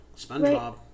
Spongebob